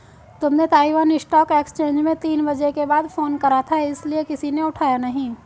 तुमने Taiwan stock exchange में तीन बजे के बाद फोन करा था इसीलिए किसी ने उठाया नहीं